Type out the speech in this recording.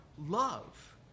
love